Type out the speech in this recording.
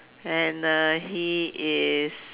and uh he is